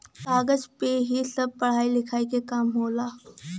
कागज पे ही सब पढ़ाई लिखाई के काम होला